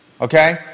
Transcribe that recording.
Okay